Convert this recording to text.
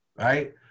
right